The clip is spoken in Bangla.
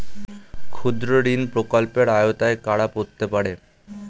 ক্ষুদ্রঋণ প্রকল্পের আওতায় কারা পড়তে পারে?